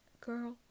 girl